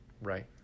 right